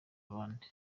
abandi